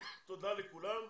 תודה לכולם.